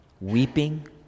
weeping